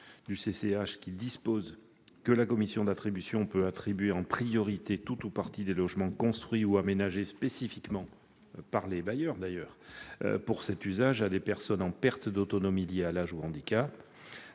l'habitation dispose que la commission d'attribution peut attribuer en priorité tout ou partie des logements construits ou aménagés spécifiquement pour cet usage à des personnes en perte d'autonomie liée à l'âge ou au handicap,